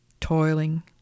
toiling